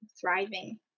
thriving